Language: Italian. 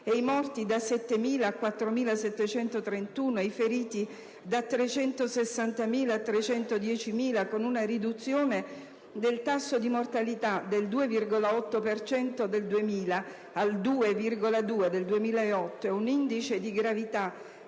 i morti da 7.061 a 4.731, i feriti da 360.013 a 310.739, con una riduzione del tasso di mortalità dal 2,8 per cento del 2000 al 2,2 del 2008 e un indice di gravità